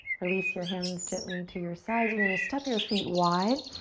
release your hands gently to your sides. you're gonna step your feet wide,